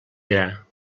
gra